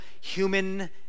human